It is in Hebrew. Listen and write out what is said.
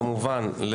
כמובן,